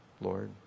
Lord